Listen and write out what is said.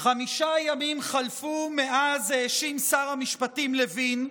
חמישה ימים חלפו מאז האשים שר המשפטים לוין,